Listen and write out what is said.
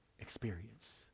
experience